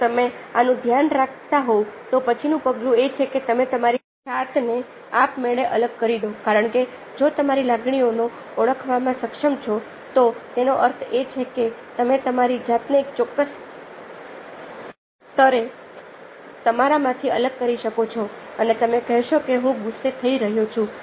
જો તમે આનું ધ્યાન રાખતા હોવ તો પછીનું પગલું એ છે કે તમે તમારી જાતને આપમેળે અલગ કરી દો કારણ કે જો તમારી લાગણીઓને ઓળખવામાં સક્ષમ છો તો તેનો અર્થ એ છે કે તમે તમારી જાતને એક ચોક્કસ સ્તરે તમારા માંથી અલગ કરી શકો છો અને તમે કહેશો કે હું ગુસ્સે થઈ રહ્યો છું